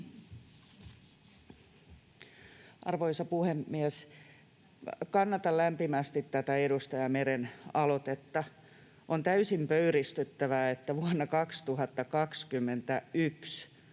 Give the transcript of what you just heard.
Arvoisa puhemies! Kannatan lämpimästi tätä edustaja Meren aloitetta. On täysin pöyristyttävää, että vuonna 2021